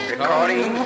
Recording